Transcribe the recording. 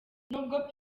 nubwo